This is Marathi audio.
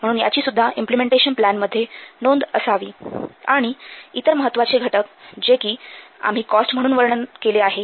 म्हणून ह्याची सुद्धा इम्पलेमेंटेशन प्लॅनमध्ये नोंद असावी आणि इतर महत्त्वाचे घटक जे कि आम्ही कॉस्ट म्हणून वर्णन केले आहे